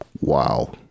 Wow